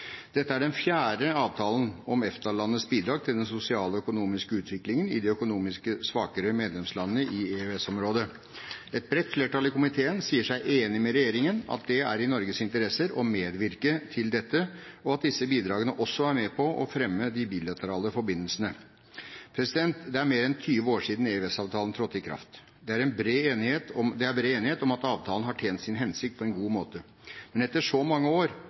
Dette er den fjerde avtalen om EFTA-landenes bidrag til den sosiale og økonomiske utviklingen i de økonomisk svakere medlemslandene i EØS-området. Et bredt flertall i komiteen sier seg enig med regjeringen i at det er i Norges interesse å medvirke til dette, og at disse bidragene også er med på å fremme de bilaterale forbindelsene. Det er mer enn 20 år siden EØS-avtalen trådte i kraft. Det er bred enighet om at avtalen har tjent sin hensikt på en god måte. Men etter så mange år